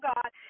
God